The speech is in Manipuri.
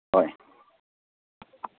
ꯍꯣꯏ